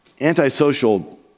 Antisocial